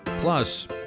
plus